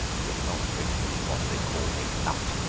you are not going to be what they call a nut,